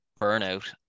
burnout